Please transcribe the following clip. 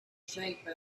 shape